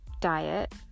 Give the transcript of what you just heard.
diet